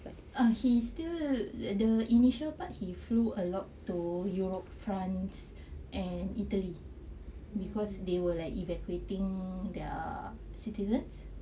err he's still the initial part he flew a lot to europe france and italy because they will like evacuating their citizens